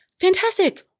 fantastic